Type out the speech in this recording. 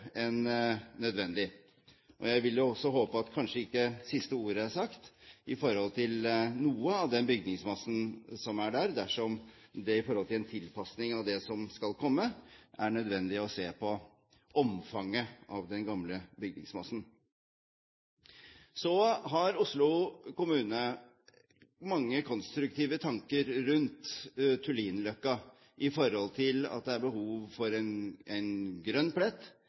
Jeg vil også håpe at siste ordet kanskje ikke er sagt i forhold til noe av den bygningsmassen som er der, dersom det i en tilpasning av det som skal komme, er nødvendig å se på omfanget av den gamle bygningsmassen. Så har Oslo kommune mange konstruktive tanker rundt Tullinløkka, at det er behov for en grønn plett